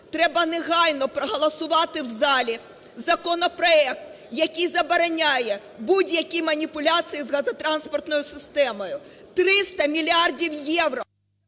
треба негайно проголосувати в залі законопроект, який забороняє будь-які маніпуляції з газотранспортною системою. 300 мільярдів євро…